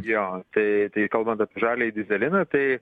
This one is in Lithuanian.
jo tai tai kalba bet žaliąjį dyzeliną tai